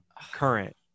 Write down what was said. current